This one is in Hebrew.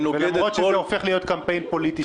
למרות שזה הופך להיות קמפיין פוליטי.